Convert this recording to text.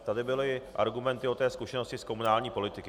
Tady byly argumenty o té zkušenosti z komunální politiky.